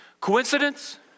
Coincidence